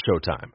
Showtime